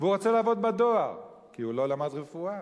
והוא רוצה לעבוד בדואר כי הוא לא למד רפואה.